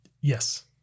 Yes